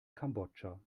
kambodscha